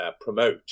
promote